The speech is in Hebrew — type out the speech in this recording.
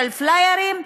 של פלאיירים,